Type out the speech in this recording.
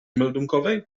meldunkowej